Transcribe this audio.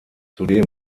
zudem